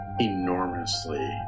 enormously